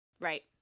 Right